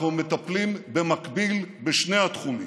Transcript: אנחנו מטפלים במקביל בשני התחומים,